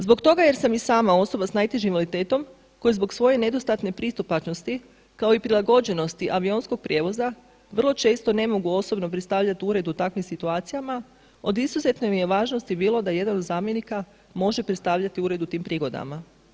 Zbog toga jer sam i sama osoba s najtežim invaliditetom koji zbog svoje nedostatne pristupačnosti kao i prilagođenosti avionskog prijevoza vrlo često ne mogu osobno predstavljati ured u takvim situacijama, od izuzetne mi je važnosti bilo da jedan od zamjenika može predstavljati ured u tim prigodama.